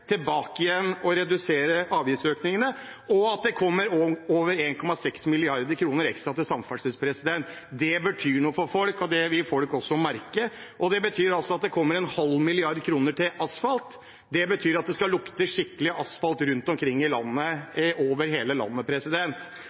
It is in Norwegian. tilbake igjen til å redusere avgiftsøkningene, og at det kommer over 1,6 mrd. kr ekstra til samferdsel. Det betyr noe for folk, og det vil folk også merke. Det betyr at det kommer en halv milliard kroner til asfalt. Det betyr at det skal lukte skikkelig asfalt rundt omkring i landet, over hele landet.